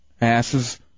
asses